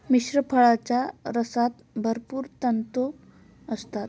मिश्र फळांच्या रसात भरपूर तंतू असतात